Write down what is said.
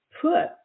put